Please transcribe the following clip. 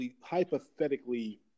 hypothetically